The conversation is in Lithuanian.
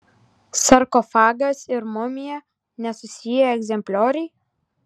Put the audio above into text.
sarkofagas ir mumija nesusiję egzemplioriai